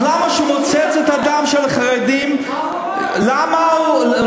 אז למה כשהוא מוצץ את הדם של החרדים, מה הוא אמר?